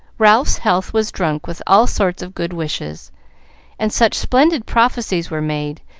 ralph's health was drunk with all sorts of good wishes and such splendid prophecies were made,